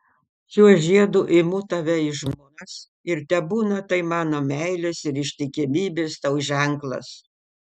šiuo žiedu imu tave į žmonas ir tebūna tai mano meilės ir ištikimybės tau ženklas